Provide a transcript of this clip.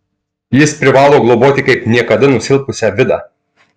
jis privalo globoti kaip niekada nusilpusią vidą